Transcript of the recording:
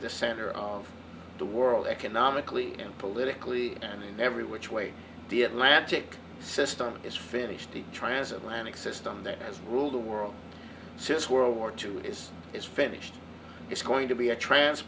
the center of the world economically and politically and in every which way the atlantic system is finished the transatlantic system that has ruled the world since world war two is it's finished it's going to be a tran